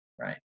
right